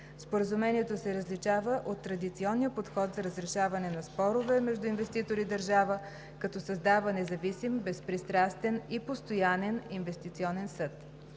Споразумението се различава от традиционния подход за разрешаване на спорове между инвеститор и държава, като създава независим, безпристрастен и постоянен инвестиционен съд.